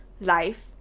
life